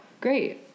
great